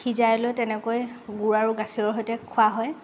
সিজাই লৈ তেনেকৈয়ে গুৰ আৰু গাখীৰৰ সৈতে খোৱা হয়